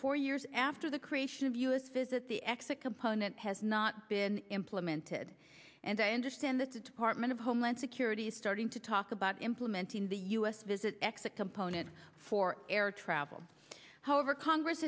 four years after the creation of us visit the exit component has not been implemented and i understand that hartmann of homeland security is starting to talk about implementing the u s visit exit component for air travel however congress